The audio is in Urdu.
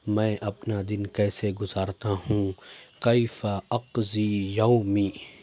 میں اپنا دن کیسے گزارتا ہوں کیف اقضی یومی